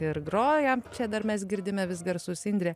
ir groja čia dar mes girdime vis garsus indrė